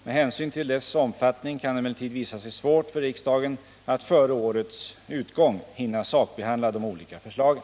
Med hänsyn till dess omfattning kan det emellertid visa sig svårt för riksdagen att före årets utgång hinna sakbehandla de olika förslagen.